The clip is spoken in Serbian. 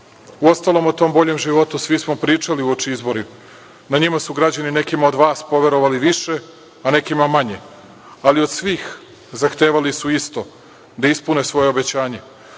Uostalom, o tom boljem životu svi smo pričali uoči izbora. Na njima su građani nekima od vas poverovali više, a nekima manje, ali od svih zahtevali su isto, da ispune svoja obećanja.